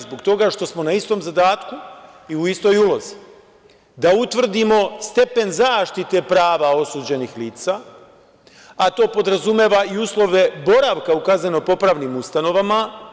Zbog toga što smo na istom zadatku i u istoj ulozi, da utvrdimo stepen zaštite prava osuđenih lica, a to podrazumeva i uslove boravka u kaznenom-popravnim ustanovama.